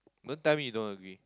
don't tell you me you don't agree